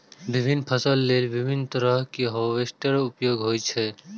विभिन्न फसल लेल विभिन्न तरहक हार्वेस्टर उपयोग होइ छै